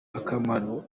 akamaro